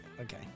Okay